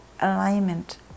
alignment